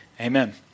Amen